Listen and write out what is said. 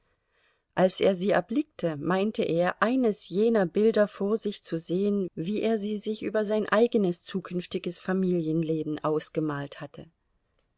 als er sie erblickte meinte er eines jener bilder vor sich zu sehen wie er sie sich über sein eigenes zukünftiges familienleben ausgemalt hatte